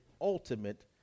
ultimate